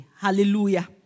Hallelujah